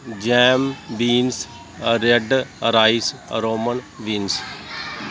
jam beans red rice roman beans